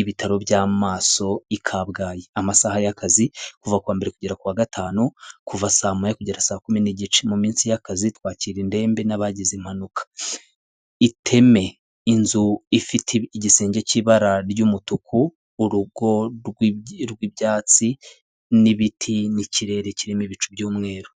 ibitaro by'amaso i kabgayi amasaha y'akazi kuva kuwa mbere kugera kuwa gatanu kuva saa moya kugera saa kumi n'igice mu minsi y'akazi twakira indembe n'abagize impanuka iteme inzu ifite igisenge cy'ibara ry'umutuku urugo rw'ibyatsi n'ibiti n'ikirere kirimo ibicu by'umweru.